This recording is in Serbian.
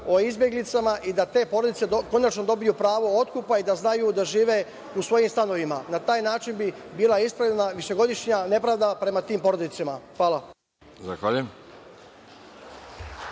o izbeglicama i da te porodice konačno dobiju pravo otkupa i da znaju da žive u svojim stanovima? Na taj način bi bila ispravljena višegodišnja nepravda prema tim porodicama. Hvala.